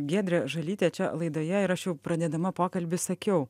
giedrė žalytė čia laidoje ir aš jau pradėdama pokalbį sakiau